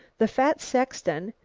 the fat sexton,